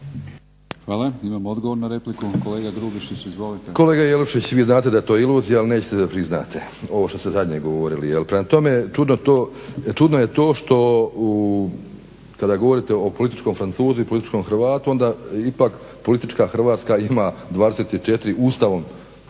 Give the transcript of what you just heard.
Hvala. Imamo odgovor na repliku, kolega Grubišić. Izvolite. **Grubišić, Boro (HDSSB)** Kolega Jelušić, vi znate da je to iluzija ali nećete da priznate ovo što ste zadnje govorili. Prema tome, čudno je to što kada govorite o političkom Francuzu i političkom Hrvatu onda ipak politička Hrvatska ima 24 Ustavom